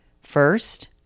First